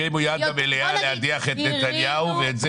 הרימו יד במליאה להדיח את נתניהו, ואת זה